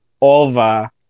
over